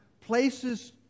places